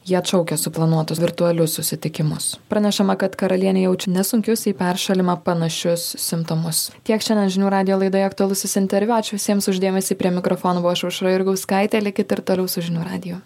ji atšaukia suplanuotus virtualius susitikimus pranešama kad karalienė jaučia nesunkius į peršalimą panašius simptomus tiek šiandien žinių radijo laidoje aktualusis interviu ačiū visiems už dėmesį prie mikrofono buvau aš aušra jurgauskaitė likit ir toliau su žinių radiju